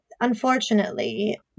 unfortunately